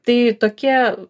tai tokie